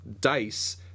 dice